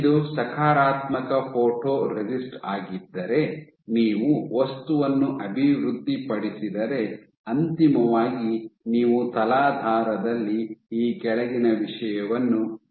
ಇದು ಸಕಾರಾತ್ಮಕ ಫೋಟೊರೆಸಿಸ್ಟ್ ಆಗಿದ್ದರೆ ನೀವು ವಸ್ತುವನ್ನು ಅಭಿವೃದ್ಧಿಪಡಿಸಿದರೆ ಅಂತಿಮವಾಗಿ ನೀವು ತಲಾಧಾರದಲ್ಲಿ ಈ ಕೆಳಗಿನ ವಿಷಯವನ್ನು ಹೊಂದಿರುತ್ತೀರಿ